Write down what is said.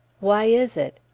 why is it?